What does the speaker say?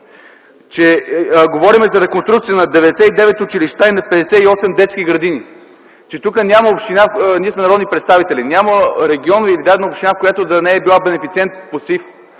говорим за реконструкция на 99 училища и на 58 детски градини. Тук няма община, ние сме народни представители. Няма регион или дадена община, която да не е била бенефициент по СИФ.